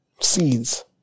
seeds